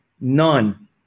None